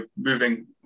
moving